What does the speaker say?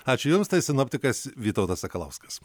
ačiū jums tai sinoptikas vytautas sakalauskas